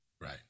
right